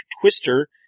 Twister